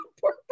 poor